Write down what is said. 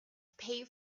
pay